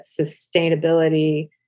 sustainability